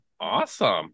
Awesome